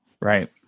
right